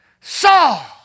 Saul